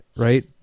Right